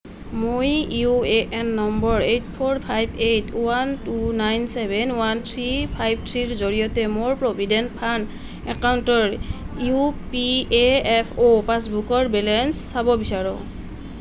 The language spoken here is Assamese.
মই U A N number eight four five eight one two nine seven one three five থ্ৰীৰ জৰিয়তে মোৰ প্ৰভিডেণ্ট ফাণ্ড একাউণ্টৰ ই পি এফ অ' পাছবুকৰ বেলেঞ্চ চাব বিচাৰোঁ